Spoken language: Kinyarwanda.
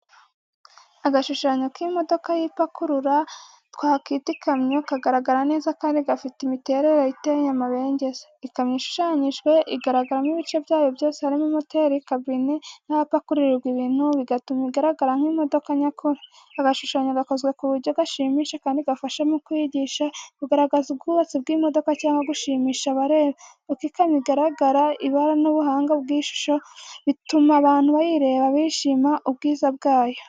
Agashushanyo ka imodoka y’ipakurura, twakita ikamyo, kagaragara neza kandi gafite imiterere iteye amabengeza. Ikamyo ishushanyijwe igaragaramo ibice byayo byose, harimo moteri, kabine n’ahapakurirwa ibintu, bigatuma igaragara nk’imodoka nyakuri. Agashushanyo gakozwe ku buryo gashimisha kandi gafasha mu kwigisha, kugaragaza ubwubatsi bw’imodoka cyangwa gushimisha abareba. Uko ikamyo igaragara, ibara n’ubuhanga bw’ishusho bituma abantu bayireba bishimira ubwiza bwayo.